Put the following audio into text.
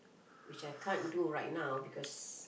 which I can't do right now because